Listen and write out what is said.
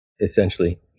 Essentially